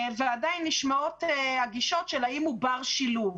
ועדיין נשמעות הגישות האם הוא בר שילוב